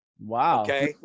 Wow